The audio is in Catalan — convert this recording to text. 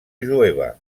jueva